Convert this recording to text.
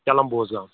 Kelam Bozgam